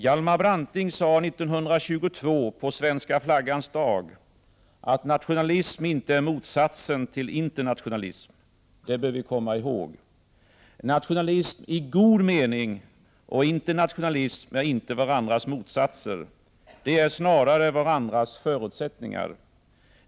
Hjalmar Branting sade redan 1922 på Svenska Flaggans Dag att nationalism inte är motsatsen till internationalism. Det bör vi komma ihåg. Nationalism i god mening och internationalism är inte varandras motsatser. De är snarare varandras förutsättningar.